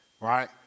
right